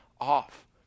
off